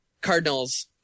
Cardinals